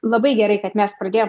labai gerai kad mes pradėjom